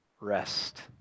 rest